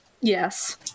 Yes